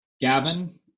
Gavin